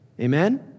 Amen